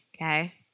Okay